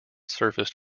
surfaced